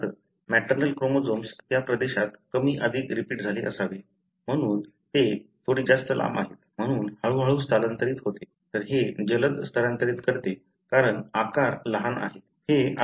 उदाहरणार्थ maternal chromosomes त्या प्रदेशात कमी अधिक रिपीट झाले असावे म्हणून ते थोडी जास्त लांब आहे म्हणून हळूहळू स्थलांतरित होते तर हे जलद स्थलांतर करते कारण आकार लहान आहे